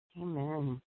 Amen